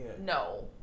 No